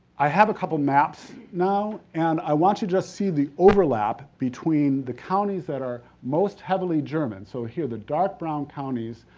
i have a couple maps now and i want you to just see the overlap between the counties that are most heavily german, so here, the dark brown counties,